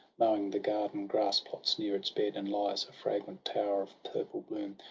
imowing the garden grass-plots near its bed, and lies, a fragrant tower of purple bloom,